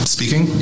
Speaking